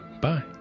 bye